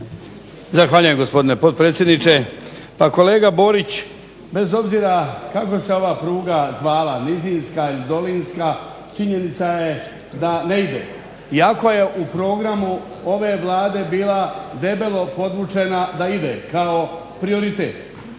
Zahvaljujem gospodine potpredsjedniče. Pa kolega Borić bez obzira kako se ova pruga zvala nizinska ili dolinska činjenica je da ne ide iako je u programu ove Vlade bila debelo podvučena da ide kao prioritet.